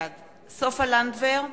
בעד סופה לנדבר,